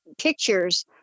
pictures